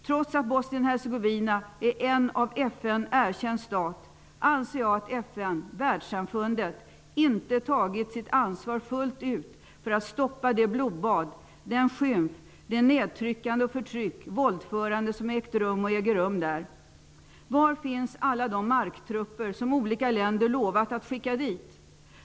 Trots att Bosnien-Hercegovina är en av FN erkänd stat, anser jag att FN, Världssamfundet, inte tagit sitt ansvar fullt ut för att stoppa det blodbad, den skymf, det nedtryckande och förtryck, våldförande som ägt, och äger rum, där. Var finns alla de marktrupper som olika länder lovat att skicka dit?